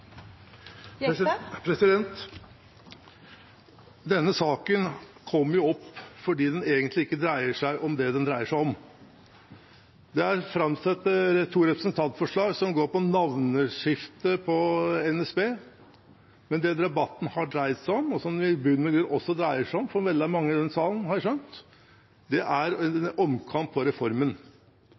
Denne saken kommer opp fordi den ikke dreier seg om det den egentlig dreier seg om. Det er framsatt to representantforslag som handler om navneskiftet til NSB, men det debatten har dreid seg om – og som det i bunn og grunn også dreier seg om for veldig mange i denne salen, har jeg skjønt – er en omkamp om jernbanereformen. Den reformen